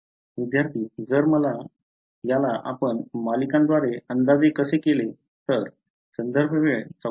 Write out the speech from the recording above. विद्यार्थीः जर याला आपण मालिकांद्वारे अंदाजे असे केले तर संदर्भ वेळ १४